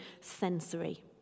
sensory